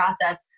process